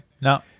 No